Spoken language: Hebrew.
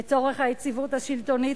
לצורך היציבות השלטונית,